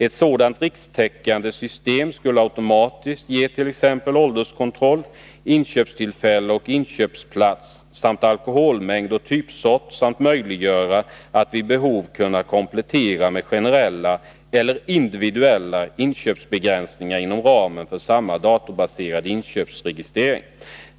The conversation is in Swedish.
Ett sådant rikstäckande system skulle automatiskt ge t.ex. ålderskontroll, inköpstillfälle och inköpsplats samt alkoholmängd och typsort. Det skulle vid behov kunna kompletteras med generella eller individuella inköpsbegränsningar inom ramen för samma datorbaserade inköpsregistrering.